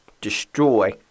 destroy